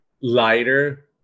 lighter